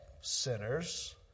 sinners